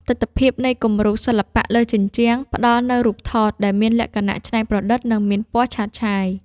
ទិដ្ឋភាពនៃគំនូរសិល្បៈលើជញ្ជាំង ផ្ដល់នូវរូបថតដែលមានលក្ខណៈច្នៃប្រឌិត និងមានពណ៌ឆើតឆាយ។